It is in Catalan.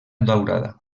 daurada